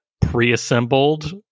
pre-assembled